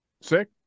Sick